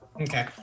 Okay